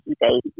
baby